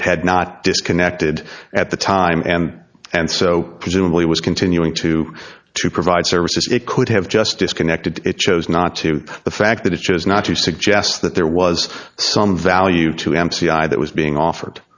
it had not disconnected at the time and and so presumably was continuing to to provide services it could have just disconnected it chose not to the fact that it shows not to suggest that there was some value to m c i that was being offered